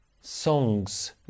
songs